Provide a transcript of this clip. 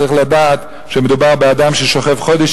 צריך לדעת שמדובר באדם ששוכב חודש